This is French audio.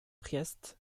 priest